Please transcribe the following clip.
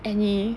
any